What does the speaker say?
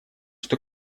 что